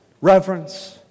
reverence